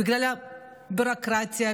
בגלל הביורוקרטיה,